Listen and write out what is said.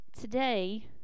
Today